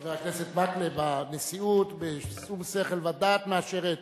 חבר הכנסת מקלב, הנשיאות, בשום שכל ודעת, מאשרת,